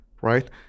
right